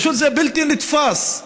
זה פשוט בלתי נתפס,